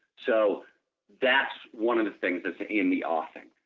so that's one of the things that's in the offing.